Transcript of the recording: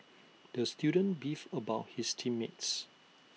the student beefed about his team mates